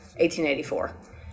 1884